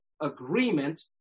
agreement